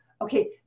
okay